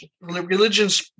religions